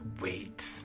wait